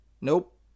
Nope